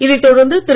இதை தொடர்ந்து திரு